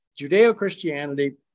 Judeo-Christianity